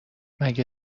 مگه